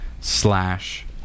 slash